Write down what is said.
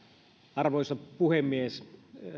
arvoisa puhemies